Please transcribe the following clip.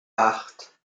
acht